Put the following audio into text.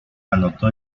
anotó